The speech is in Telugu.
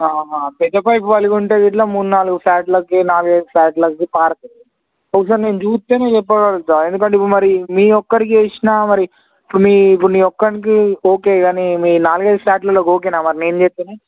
పెద్ద పైపు పగిలుంటుంది ఇట్లా మూడు నాలుగు ఫ్లాట్లకి నాలుగైదు ఫ్లాట్లకి పార్క్ ఒకసారి నేను చూస్తేనే చెప్పగలుగుతాను ఎందుకంటే ఇప్పుడు మరి మీ ఒక్కరికెసినా మరి ఇప్పుడు మీ ఇప్పుడు మీ ఒక్కడికి ఓకే కానీ మీ నాలుగైదు ఫ్లాట్లలోకి ఓకేనా మరి నేను చెస్తే